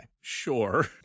Sure